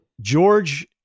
George